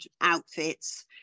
outfits